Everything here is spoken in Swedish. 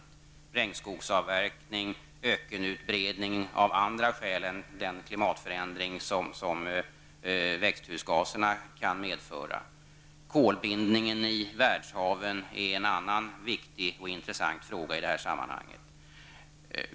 Det gäller t.ex. regnskogsavverkning och ökenutbredning av andra skäl än den klimatförändring som växthusgaserna kan medföra. Kolbindningen i världshaven är en annan viktig och intressant fråga i detta sammanhang.